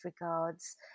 regards